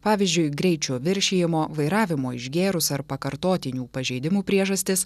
pavyzdžiui greičio viršijimo vairavimo išgėrus ar pakartotinių pažeidimų priežastis